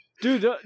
Dude